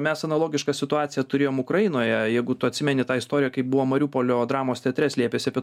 mes analogišką situaciją turėjom ukrainoje jeigu tu atsimeni tą istoriją kai buvo mariupolio dramos teatre slėpėsi apie